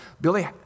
Billy